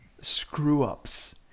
screw-ups